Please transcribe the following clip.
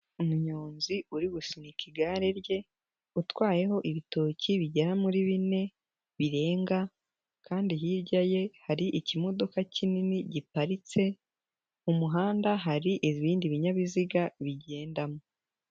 umunyonzi uri gusunika igare rye, utwayeho ibitoki bigera muri bine, birenga kandi hirya ye hari ikimodoka kinini giparitse, umuhanda hari ibindi binyabiziga bigendamo.